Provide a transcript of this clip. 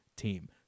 team